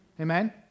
amen